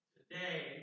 Today